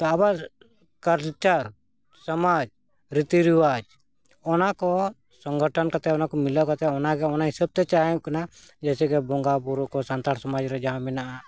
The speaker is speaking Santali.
ᱛᱚ ᱟᱵᱚᱣᱟᱜ ᱠᱟᱞᱪᱟᱨ ᱥᱚᱢᱟᱡᱽ ᱨᱤᱛᱤ ᱨᱮᱣᱟᱡᱽ ᱚᱱᱟ ᱠᱚ ᱥᱚᱝᱜᱚᱴᱚᱱ ᱠᱟᱛᱮ ᱚᱱᱟ ᱠᱚ ᱢᱤᱞᱟᱹᱣ ᱠᱟᱛᱮ ᱚᱱᱟ ᱜᱮ ᱚᱱᱟ ᱦᱤᱥᱟᱹᱵ ᱛᱮ ᱪᱟᱞᱟᱜ ᱦᱩᱭᱩᱜ ᱠᱟᱱᱟ ᱡᱮᱭᱥᱮ ᱠᱤ ᱵᱚᱸᱜᱟ ᱵᱩᱨᱩ ᱠᱚ ᱥᱟᱱᱛᱟᱲ ᱥᱚᱢᱟᱡᱽ ᱨᱮ ᱡᱟᱦᱟᱸ ᱢᱮᱱᱟᱜᱼᱟ